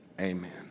Amen